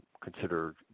consider